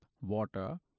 water